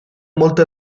molte